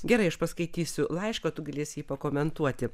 gerai aš paskaitysiu laišką o tu galėsi jį pakomentuoti